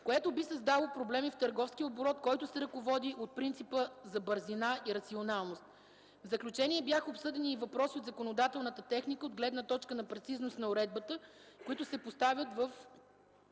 което би създало проблеми в търговския оборот, който се ръководи от принципа за бързина и рационалност; - В заключение, бяха обсъдени и въпроси от законодателната техника от гледна точка на прецизност на уредбата, които се поставят в